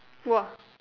!woah!